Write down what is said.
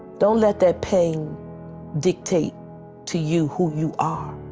don't let the pain dictate to you who you are.